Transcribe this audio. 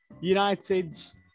United's